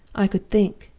i could think,